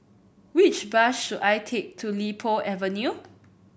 which bus should I take to Li Po Avenue